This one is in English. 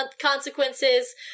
consequences